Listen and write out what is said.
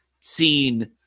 seen